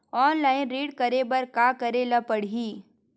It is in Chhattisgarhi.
ऑनलाइन ऋण करे बर का करे ल पड़हि?